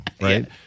right